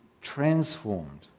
transformed